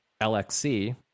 LXC